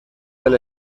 del